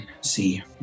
see